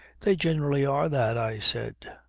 they generally are that, i said.